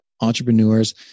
entrepreneurs